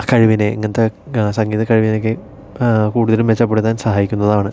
കഴിവിനെ ഇങ്ങനത്തെ സംഗീത കഴിവിനെയൊക്കെ കൂടുതലും മെച്ചപ്പെടുത്താൻ സഹായിക്കുന്നതാണ്